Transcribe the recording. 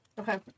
Okay